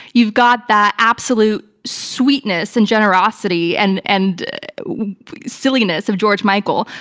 you've got that absolute sweetness, and generosity, and end silliness of george michael,